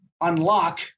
Unlock